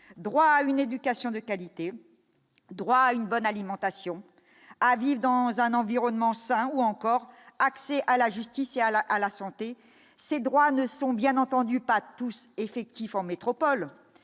droit à une éducation de qualité, droit à une bonne alimentation à vivre dans un environnement sain ou encore accès à la justice et à la à la santé, ces droits ne sont bien entendu pas tous effectif en métropole